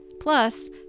Plus